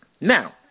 Now